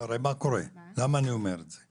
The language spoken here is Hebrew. למה אני אומר את זה?